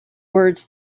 words